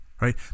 right